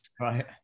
right